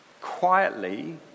quietly